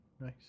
nice